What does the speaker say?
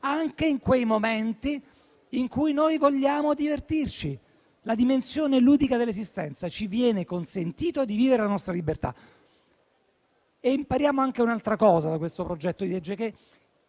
anche in quei momenti in cui noi vogliamo divertirci. Nella dimensione ludica dell'esistenza ci viene consentito di vivere la nostra libertà. Impariamo anche un'altra cosa da questo disegno di